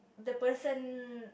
the person